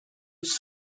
its